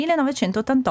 1988